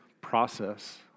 process